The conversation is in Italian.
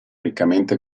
riccamente